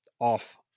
off